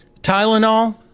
Tylenol